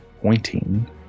pointing